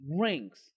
Rings